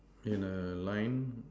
in a line